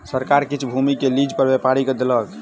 सरकार किछ भूमि के लीज पर व्यापारी के देलक